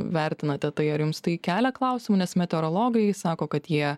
vertinate tai ar jums tai kelia klausimų nes meteorologai sako kad jie